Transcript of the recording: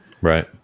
Right